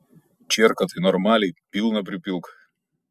čierką tai normaliai pilną pripilk